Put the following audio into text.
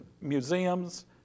museums